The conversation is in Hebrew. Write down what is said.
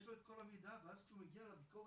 יש לו את כל המידע ואז כשהוא מגיע לביקורת